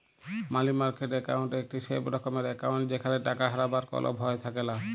মালি market account একটি safe রকমের account যেখালে টাকা হারাবার কল ভয় থাকেলা